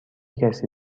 کسی